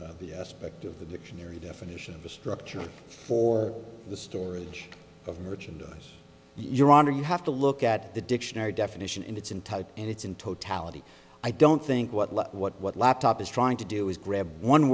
of the aspect of the dictionary definition of a structure for the storage of merchandise your honor you have to look at the dictionary definition in its entirety and it's in totality i don't think what what what laptop is trying to do is grab one